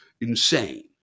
insane